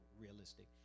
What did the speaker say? realistic